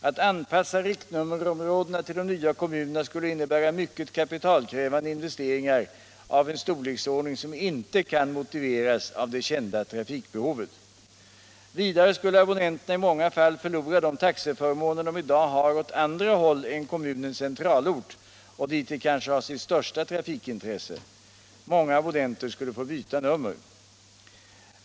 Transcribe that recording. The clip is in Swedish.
Att anpassa riktnummerområdena till de nya kommunerna skulle innebära mycket kapitalkrävande investeringar av en storleksordning som inte kan motiveras av det kända trafikbehovet. Vidare skulle abonnenterna i många fall förlora de taxeförmåner de i dag har åt andra håll än kommunens centralort och dit de kanske har sitt största trafikintresse. Många abonnenter skulle få byta nummer.